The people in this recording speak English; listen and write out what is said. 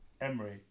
Emery